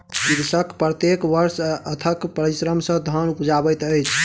कृषक प्रत्येक वर्ष अथक परिश्रम सॅ धान उपजाबैत अछि